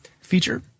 feature